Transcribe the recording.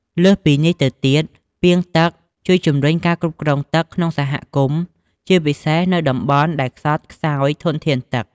លើសពីនេះទៅទៀត ពាងទឹក ជួយជំរុញការគ្រប់គ្រងទឹកក្នុងសហគមន៍ ជាពិសេសនៅតំបន់ដែលខ្សត់ខ្សោយធនធានទឹក។